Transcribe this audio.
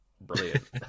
brilliant